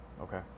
okay